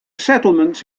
settlements